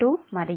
2 మరియు 0